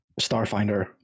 Starfinder